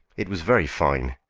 it was very fine!